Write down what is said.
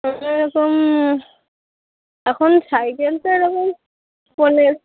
তাহলে এখন এখন সাইকেল তো এখন কি বলে